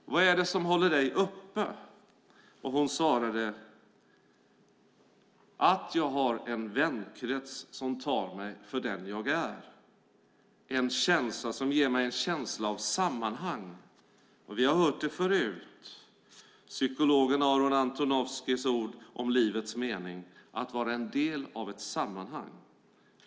Vad är det som håller dig uppe? Hon svarade: Att jag har en vänkrets som tar mig för den jag är. Det ger mig en känsla av sammanhang. Vi har hört det förut, psykologen Aron Antonovskijs ord om livets mening: Att vara en del av ett sammanhang.